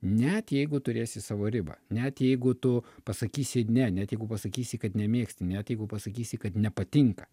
net jeigu turėsi savo ribą net jeigu tu pasakysi ne net jeigu pasakysi kad nemėgsti net jeigu pasakysi kad nepatinka